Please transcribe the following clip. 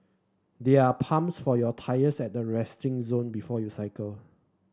there are pumps for your tyres at the resting zone before you cycle